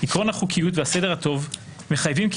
"עקרון החוקיות והסדר הטוב מחייבים כי